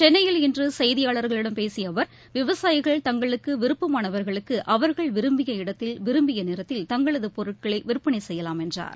சென்னையில் இன்றுசெய்தியாளர்களிடம் பேசியஅவர் விவசாயிகள் தங்களுக்குவிருப்பானவர்களுக்குஅவர்கள் விரும்பியநேரத்தில் விரும்பிய இடத்தில் தங்களதுபொருட்களைவிற்பனைசெய்யலாம் என்றார்